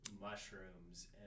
mushrooms